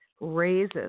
raises